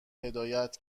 هدایت